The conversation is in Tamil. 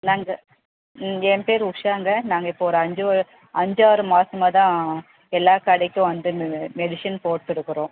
நாங்கள் ம் என் பேர் உஷாங்க நாங்கள் இப்போது ஒரு அஞ்சு வ அஞ்சாறு மாசமாகதான் எல்லா கடைக்கும் வந்து மெ மெடிசன் போட்டு இருக்கிறோம்